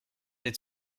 êtes